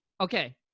Okay